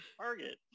Target